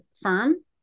firm